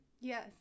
Yes